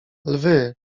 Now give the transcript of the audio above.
lwy